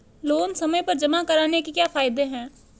Loan समय पर जमा कराने के क्या फायदे हैं?